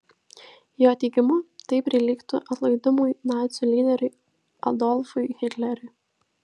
jo teigimu tai prilygtų atlaidumui nacių lyderiui adolfui hitleriui